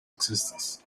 existence